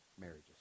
marriages